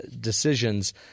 decisions